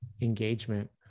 engagement